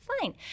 fine